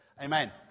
Amen